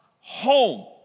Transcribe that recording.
home